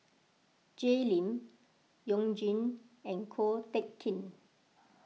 Jay Lim You Jin and Ko Teck Kin